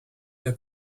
der